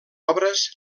obres